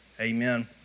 Amen